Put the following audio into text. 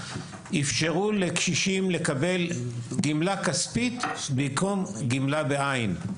אפשרו לקשישים לקבל גמלה כספית במקום גמלה בעין.